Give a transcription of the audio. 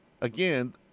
again